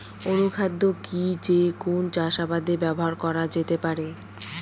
অনুখাদ্য কি যে কোন চাষাবাদে ব্যবহার করা যেতে পারে?